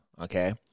okay